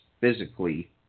physically